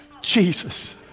Jesus